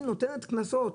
היא נותנת קנסות,